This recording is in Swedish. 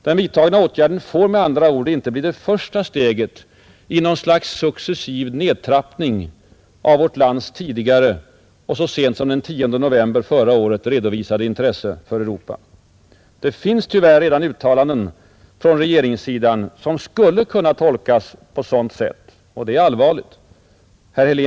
Den vidtagna åtgärden får med andra ord icke bli det första steget i en successiv nedtrappning av vårt lands tidigare och så sent som den 10 november förra året redovisade intresse för Europa. Det finns tyvärr redan uttalanden från regeringssidan som skulle kunna tolkas på sådant sätt. Det är allvarligt.